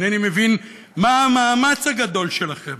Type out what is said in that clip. אינני מבין מה המאמץ הגדול שלכם.